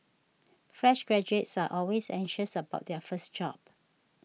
fresh graduates are always anxious about their first job